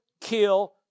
kill